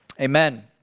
Amen